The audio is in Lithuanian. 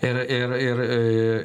ir ir ir į